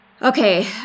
Okay